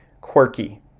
quirky